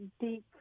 deep